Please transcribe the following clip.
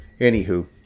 Anywho